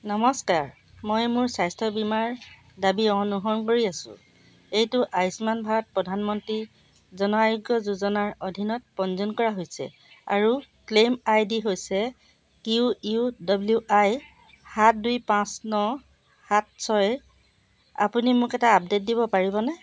নমস্কাৰ মই মোৰ স্বাস্থ্য বীমাৰ দাবী অনুসৰণ কৰি আছোঁ এইটো আয়ুষ্মান ভাৰত প্ৰধানমন্ত্ৰী জন আৰোগ্য যোজনাৰ অধীনত পঞ্জীয়ন কৰা হৈছে আৰু ক্লেইম আই ডি হৈছে কিউ ইউ ডব্লিউ আই সাত দুই পাঁচ ন সাত ছয় আপুনি মোক এটা আপডে'ট দিব পাৰিবনে